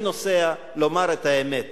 אני נוסע לומר את האמת.